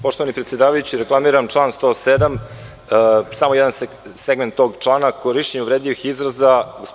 Poštovani predsedavajući, reklamiram član 107, samo jedan segment tog člana – korišćenje uvredljivih izraza.